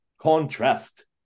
Contrast